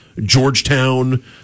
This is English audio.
Georgetown